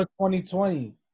2020